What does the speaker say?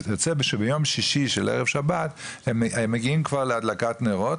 אז יוצא שביום ששי של ערב שבת הם מגיעים כבר להדלקת נרות,